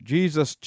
Jesus